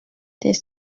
des